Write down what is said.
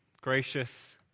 gracious